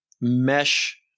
mesh